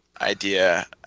idea